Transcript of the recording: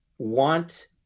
Want